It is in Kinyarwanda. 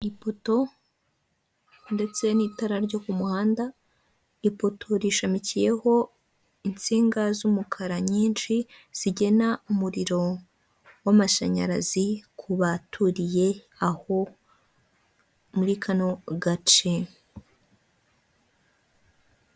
Ipoto ndetse n'itara ryo ku muhanda ipoto rishamikiyeho insinga z'umukara nyinshi zigena umuriro w'amashanyarazi ku baturiye aho muri kano gace.